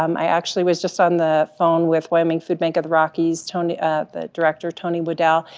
um i actually was just on the phone with wyoming food bank of the rockies, tony, ah the director, tony woodell.